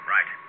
Right